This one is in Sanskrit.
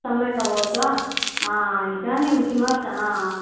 सम्यक् अभवत् वा इदानीं किमर्थ